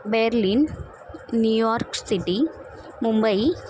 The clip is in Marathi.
Berlin New York city Mumbai